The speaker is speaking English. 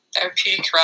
Therapeutic